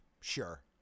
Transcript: sure